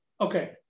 Okay